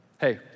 Hey